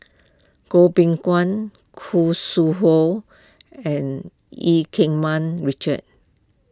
Goh Beng Kwan Khoo Sui Hoe and Eu Keng Mun Richard